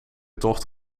tocht